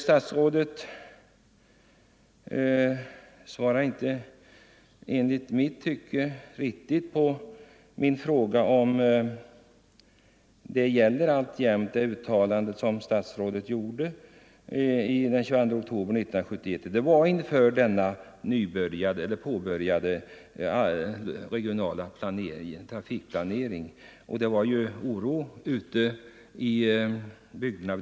Statsrådet svarade inte riktigt på min fråga om det uttalande som han gjorde den 22 oktober 1971 alltjämt gäller. Det gjordes i samband med den påbörjade, regionala trafikplaneringen. Vid det tillfället var det oro ute i bygderna.